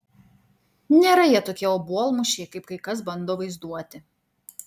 nėra jie tokie obuolmušiai kaip kai kas bando vaizduoti